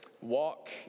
Walk